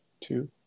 two